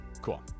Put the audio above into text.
Cool